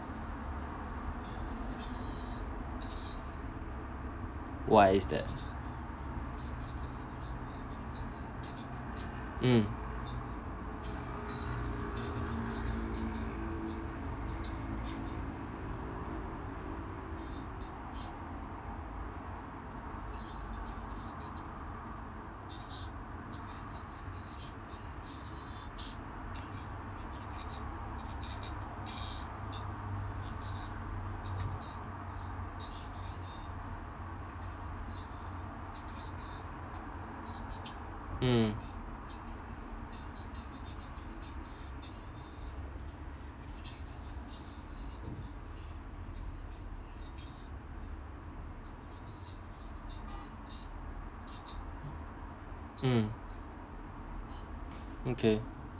why's that mm mm mm okay